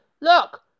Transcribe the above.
look